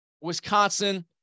Wisconsin